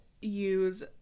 use